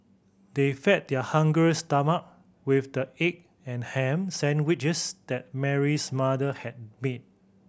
they fed their hungry stomach with the egg and ham sandwiches that Mary's mother had made